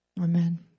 Amen